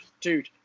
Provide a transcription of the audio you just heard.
dude